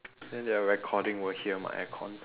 then their recording will hear my aircon